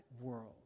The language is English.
world